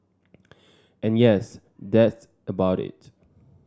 and yes that's about it